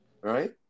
Right